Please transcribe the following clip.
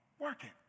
working